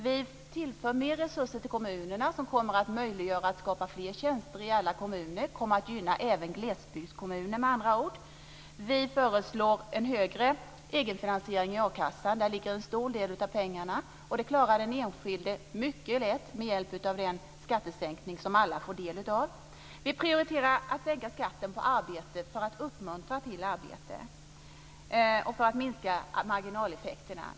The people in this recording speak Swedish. Vi tillför mer resurser till kommunerna som kommer att möjliggöra att det skapas fler tjänster i alla kommuner. Det kommer med andra ord att gynna även glesbygdskommuner. Vi föreslår en högre egenfinansiering i a-kassan. Där ligger en stor del av pengarna. Det klarar den enskilde mycket lätt med hjälp av den skattesänkning som alla får del av. Vi prioriterar att sänka skatten på arbete för att uppmuntra till arbete och för att minska marginaleffekterna.